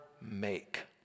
make